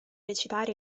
recitare